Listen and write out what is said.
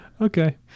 Okay